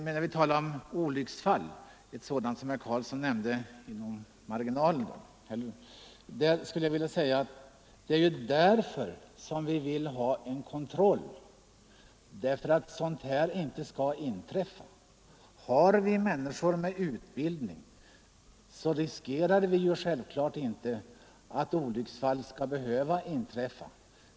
Men när vi talar om sådana olycksfall som herr Karlsson nämnde skulle jag vilja säga att det bl.a. är på grund av sådana fall som vi vill ha en kontroll, så att sådana saker inte skall kunna upprepas. Har vi människor med god utbildning, riskerar vi självfallet inte att sådana olycksfall skall behöva inträffa.